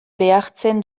behartzen